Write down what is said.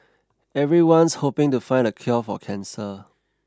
everyone's hoping to find the cure for cancer